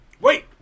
Wait